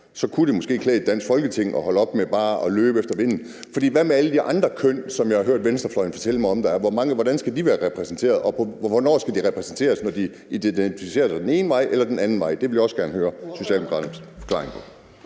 så kunne det måske klæde det danske Folketing at holde op med bare at løbe efter vinden? For hvad med alle de andre køn, som jeg har hørt venstrefløjen fortælle mig om at der er? Hvordan skal de være repræsenteret, og hvornår skal de repræsenteres, når de identificerer sig den ene vej eller den anden vej? Det vil jeg også gerne høre Socialdemokraternes forklaring på.